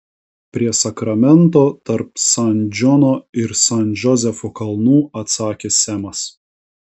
prie sakramento tarp san džono ir san džozefo kalnų atsakė semas